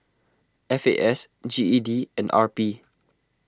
F A S G E D and R P